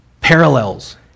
parallels